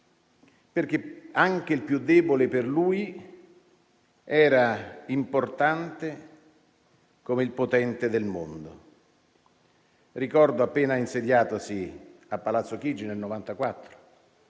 deboli. Anche il più debole per lui era importante come il potente del mondo. Ricordo, appena insediatosi a Palazzo Chigi nel 1994,